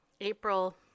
April